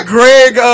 Greg